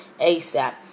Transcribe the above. ASAP